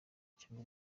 cyangwa